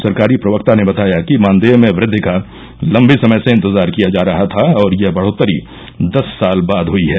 सरकारी प्रवक्ता ने बताया कि मानदेय में वृद्धि का लम्बे समय से इंतजार किया जा रहा था और यह बढ़ोत्तरी दस साल बाद हई है